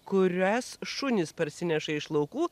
kurias šunys parsineša iš laukų